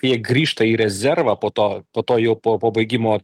jie grįžta į rezervą po to po to jau po pabaigimo